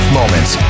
moments